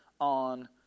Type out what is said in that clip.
On